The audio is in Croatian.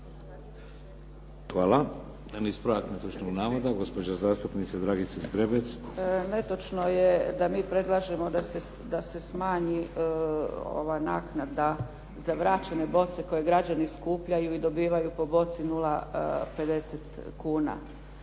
Hvala. Jedan ispravak netočnog navoda, gospođa zastupnica Dragica Zgrebec. **Zgrebec, Dragica (SDP)** Netočno je da mi predlažemo da se smanji ova naknada za vraćene boce koje građani skupljaju i dobivaju po boci 0,50 kuna.